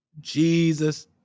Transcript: Jesus